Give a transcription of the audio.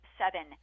seven